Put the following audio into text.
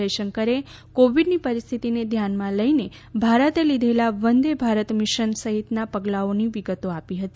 જયશંકરે કોવિડની પરિસ્થિતિને ધ્યાનમાં લઈને ભારતે લીધેલા વંદે ભારત મિશન સહિતના પગલાંઓની વિગતો આપી હતી